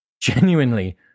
Genuinely